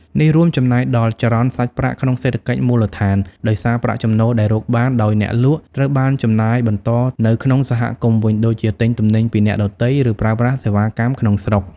នេះរួមចំណែកដល់ចរន្តសាច់ប្រាក់ក្នុងសេដ្ឋកិច្ចមូលដ្ឋាន ដោយសារប្រាក់ចំណូលដែលរកបានដោយអ្នកលក់ ត្រូវបានចំណាយបន្តនៅក្នុងសហគមន៍វិញ ដូចជាទិញទំនិញពីអ្នកដទៃ ឬប្រើប្រាស់សេវាកម្មក្នុងស្រុក។